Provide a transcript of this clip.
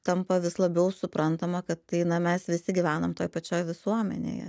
tampa vis labiau suprantama kad tai na mes visi gyvenam toj pačioj visuomenėje